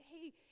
hey